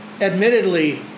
admittedly